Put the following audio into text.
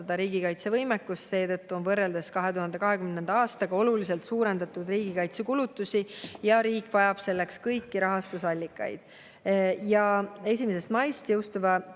riigi kaitsevõimekust. Seetõttu on võrreldes 2020. aastaga oluliselt suurendatud riigikaitsekulutusi ja riik vajab selleks kõiki rahastusallikaid. 1. maist jõustuva